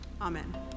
Amen